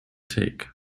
take